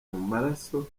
maraso